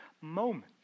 moment